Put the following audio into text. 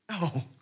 No